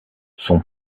son